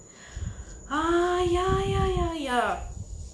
ah ya ya ya ya ya